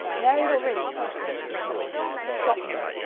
married already, he said, with his mouth full. shopman.